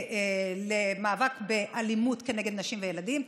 למאבק באלימות נגד נשים וילדים,